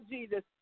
Jesus